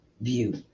view